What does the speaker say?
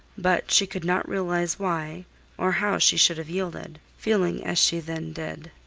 but she could not realize why or how she should have yielded, feeling as she then did.